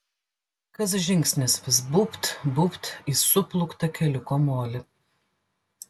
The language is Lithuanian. kas žingsnis vis būbt būbt į suplūktą keliuko molį